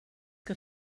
que